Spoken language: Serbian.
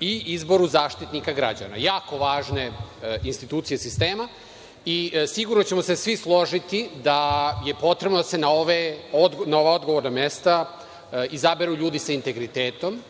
i izboru Zaštitnika građana. To su jako važne institucije sistema i sigurno ćemo se svi složiti da je potrebno da se na ova odgovorna mesta izaberu ljudi sa integritetom,